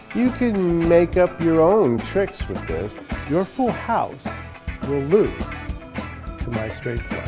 you can make up your own tricks with this your full house will loop to my strengths